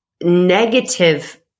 negative